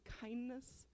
kindness